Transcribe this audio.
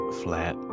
flat